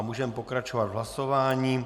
Můžeme pokračovat v hlasování.